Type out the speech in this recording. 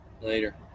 Later